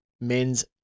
men's